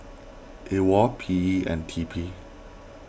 Awol P E and T P